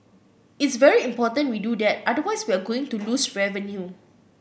it's very important we do that otherwise we are going to lose revenue